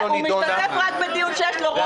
הוא משתתף רק בדיון שיש לו בו רוב.